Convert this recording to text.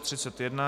31.